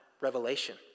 revelation